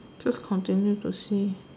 just continue to see